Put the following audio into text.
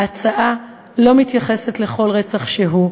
ההצעה לא מתייחסת לכל רצח שהוא,